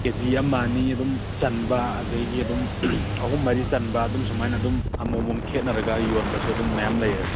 ꯀꯦ G ꯑꯃ ꯑꯅꯤ ꯑꯗꯨꯝ ꯆꯟꯕ ꯑꯗꯒꯤ ꯑꯗꯨꯝ ꯑꯍꯨꯝ ꯃꯔꯤ ꯆꯟꯕ ꯑꯗꯨꯝ ꯁꯨꯃꯥꯏꯅ ꯑꯗꯨꯝ ꯑꯃꯃꯝ ꯈꯦꯠꯅꯔꯒ ꯌꯣꯟꯕꯁꯨ ꯑꯗꯨꯝ ꯃꯌꯥꯝ ꯂꯩꯔꯦ